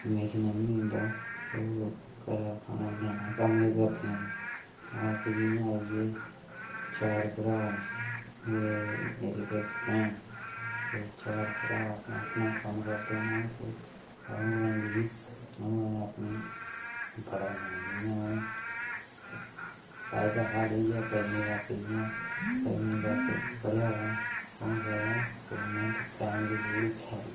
मेरी मम्मी न तां ओह् घरा दा खाना बनाने दा कम्म गै करदियां न अस जि'यां आई गे चार भ्राऽ न ते इक भैन ऐ ते चार भ्राऽ अपने अपने कम्म करदे न ते अ'ऊं ऐल्ली अ'ऊं अपनी पढ़ा ना ऐ जि'यां अ'ऊं काजदै शा पंजमी तक पंजमी तक पढ़ेआ तां अ'ऊं पढ़ा गौरमेंट प्राइमरी स्कूल खैरी